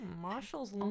Marshall's